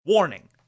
Warning